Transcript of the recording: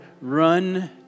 run